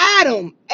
Adam